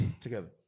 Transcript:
together